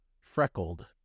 freckled